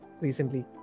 recently